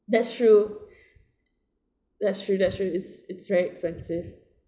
that's true that's true that's true it's it's very expensive